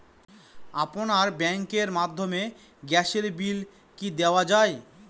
আপনার ব্যাংকের মাধ্যমে গ্যাসের বিল কি দেওয়া য়ায়?